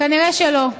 כנראה לא.